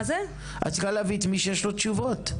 את מי שיש לו תשובות.